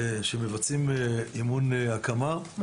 שמבצעים אימון הקמה,